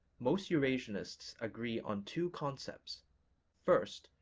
most eurasianists agree on two concepts first,